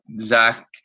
zach